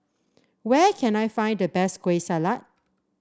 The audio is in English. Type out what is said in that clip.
where can I find the best Kueh Salat